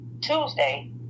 Tuesday